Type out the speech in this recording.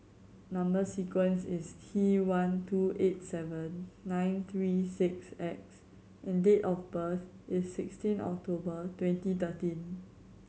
number sequence is T one two eight seven nine three six X and date of birth is sixteen October twenty thirteen